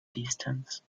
distance